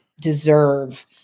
deserve